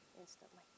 instantly